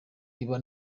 iba